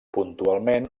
puntualment